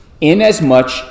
inasmuch